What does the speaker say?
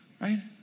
right